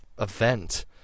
event